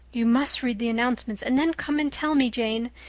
you must read the announcements and then come and tell me, jane.